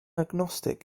agnostic